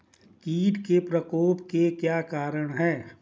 कीट के प्रकोप के क्या कारण हैं?